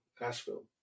Asheville